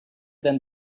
than